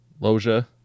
Loja